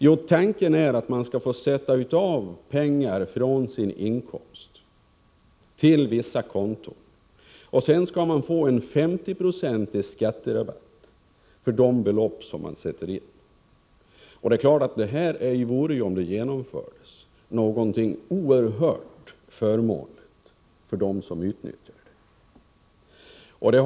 Jo, tanken är att man skall få sätta av pengar från sin inkomst till vissa konton, sedan skall man få en femtioprocentig skatterabatt för de belopp man sätter in. Det är klart att om detta genomfördes vore det någonting oerhört. förmånligt för dem som utnyttjar det.